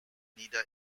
neither